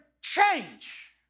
change